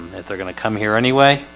if they're gonna come here anyway,